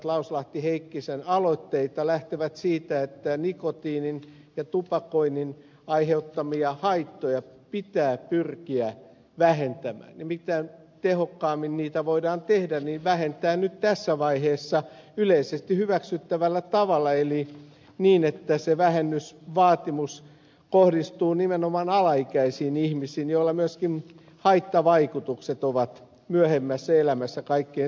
heikkisen aloitteita lähtevät siitä että nikotiinin ja tupakoinnin aiheuttamia haittoja pitää pyrkiä vähentämään ja mitä tehokkaammin niitä voidaan vähentää sen parempi mutta se pitää tehdä nyt tässä vaiheessa yleisesti hyväksyttävällä tavalla eli niin että se vähennysvaatimus kohdistuu nimenomaan alaikäisiin ihmisiin joilla myöskin haittavaikutukset ovat myöhemmässä elämässä kaikkein suurimmat